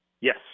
Yes